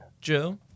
Joe